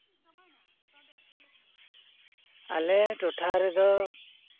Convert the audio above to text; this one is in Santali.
ᱟᱞᱮ ᱴᱚᱴᱷᱟ ᱨᱮᱫᱚ